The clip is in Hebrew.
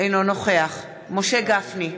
אינו נוכח משה גפני,